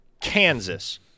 Kansas